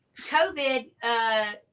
COVID